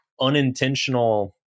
unintentional